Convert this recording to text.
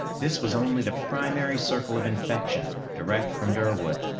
this was only the primary circle of infection, direct from durwood.